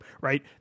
right